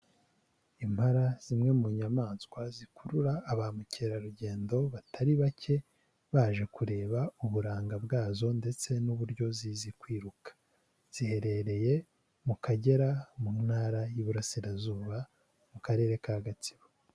Impara, zimwe mu nyamaswa zikurura ba mukerarugendo batari bake, baje kureba uburanga bwazo ndetse n'uburyo zizi kwiruka; ziherereye mu Kagera mu Ntara y'Iburasirazuba, mu Karere ka Gatsibo.